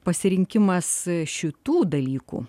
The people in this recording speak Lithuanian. pasirinkimas šitų dalykų